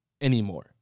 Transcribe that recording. anymore